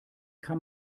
kann